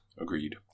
Agreed